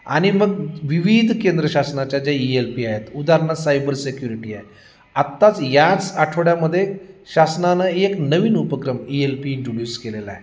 आणि मग विविध केंद्र शासनाच्या ज्या ई एल पी आहेत उदाहरणार्थ सायबर सिक्युरिटी आहे आत्ताच याच आठवड्यामध्ये शासनानं एक नवीन उपक्रम ई एल पी इंट्रोड्यूस केलेला आहे